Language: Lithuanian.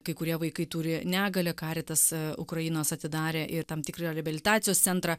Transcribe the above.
kai kurie vaikai turi negalią caritas ukrainos atidarė ir tam tikrą reabilitacijos centrą